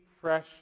fresh